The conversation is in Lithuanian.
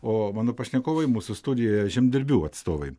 o mano pašnekovai mūsų studijoje žemdirbių atstovai